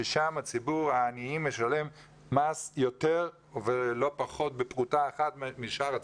ששם ציבור העניים משלם מס יותר ולא פחות בפרוטה אחת משאר הציבורים,